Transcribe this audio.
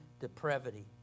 depravity